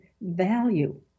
value